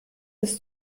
ist